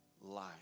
life